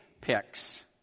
picks